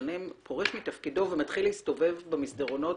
שנים פורש מתפקידו ומתחיל להסתובב במסדרונות